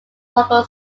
local